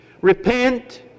Repent